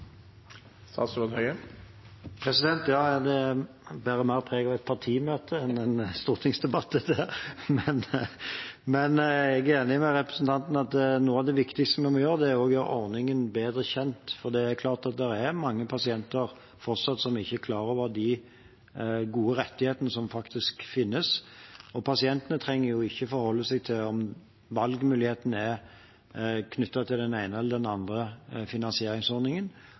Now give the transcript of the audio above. mer preg av et partimøte enn en stortingsdebatt! Men jeg er enig med representanten i at noe av det viktigste vi må gjøre, er å gjøre ordningen bedre kjent. Det er klart at det fortsatt er mange pasienter som ikke er klar over de gode rettighetene som faktisk finnes. Pasientene trenger ikke å forholde seg til om valgmulighetene er knyttet til den ene eller den andre finansieringsordningen.